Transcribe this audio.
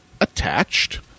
attached